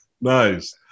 nice